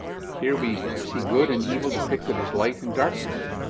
here, we see good and evil depicted as light and darkness.